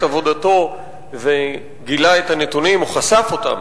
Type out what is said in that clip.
עבודתו וגילה את הנתונים או חשף אותם,